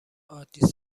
عادی